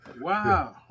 Wow